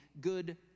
good